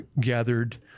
gathered